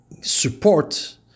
support